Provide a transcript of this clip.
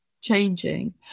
changing